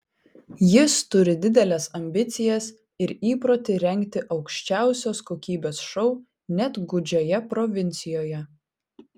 jis turi dideles ambicijas ir įprotį rengti aukščiausios kokybės šou net gūdžioje provincijoje